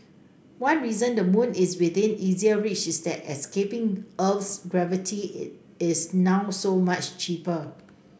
one reason the moon is within easier reach is that escaping Earth's gravity is now so much cheaper